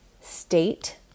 state